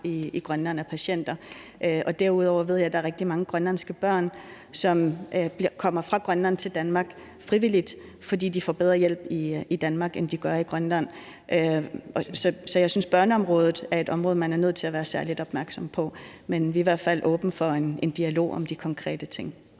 i Grønland af patienter, og derudover ved jeg, at der er rigtig mange grønlandske børn, som kommer fra Grønland til Danmark frivilligt, fordi de får bedre hjælp i Danmark, end de gør i Grønland. Så jeg synes, børneområdet er et område, man er nødt til at være særlig opmærksom på. Men vi er i hvert fald åbne for en dialog om de konkrete ting.